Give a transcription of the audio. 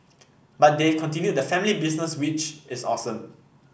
but they've continued the family business which is awesome